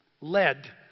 led